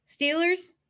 Steelers